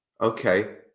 Okay